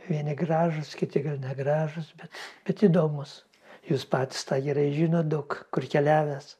vieni gražūs kiti gal negražūs bet bet įdomūs jūs patys tą gerai žinot daug kur keliavęs